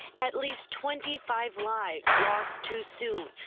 at least twenty five lives lost too soon,